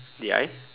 did I